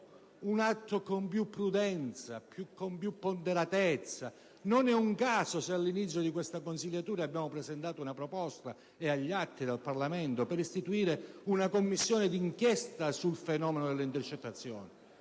con più prudenza, con più ponderatezza. Non è un caso se all'inizio di questa legislatura abbiamo presentato una proposta, che è agli atti del Parlamento, per istituire una Commissione d'inchiesta sul fenomeno delle intercettazioni.